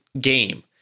game